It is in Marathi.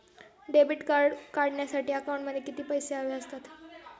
डेबिट कार्ड काढण्यासाठी अकाउंटमध्ये किती पैसे हवे असतात?